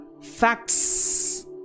facts